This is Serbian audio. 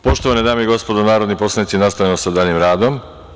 Poštovane dame i gospodo narodni poslanici, nastavljamo sa daljim radom.